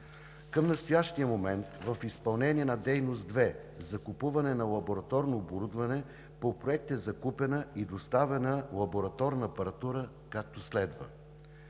Към настоящия момент в изпълнение на Дейност 2 „Закупуване на лабораторно оборудване“ по Проекта е закупена и доставена лабораторна апаратура, както следва: